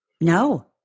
No